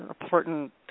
important